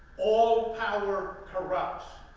all power corrupts,